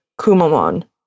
Kumamon